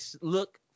look